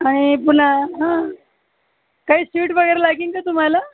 आणि पुन्हा हां काही स्वीट वगैरे लागीन का तुम्हाला